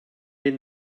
ben